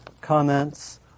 comments